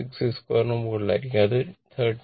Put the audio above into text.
66 2 ന് മുകളിലായിരിക്കും അത് 13